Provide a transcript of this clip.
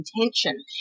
intention